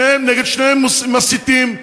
נגד שניהם מסיתים,